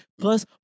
plus